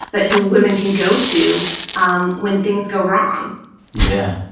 but who women can go to um when things go wrong yeah,